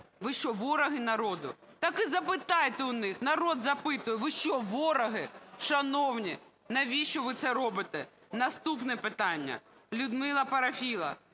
Ви що, вороги народу? Так і запитайте у них." Народ запитує: "Ви що, вороги?". Шановні, навіщо ви це робите? Наступне питання - Людмила Парафіла: